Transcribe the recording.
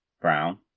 Brown